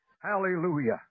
Hallelujah